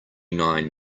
nine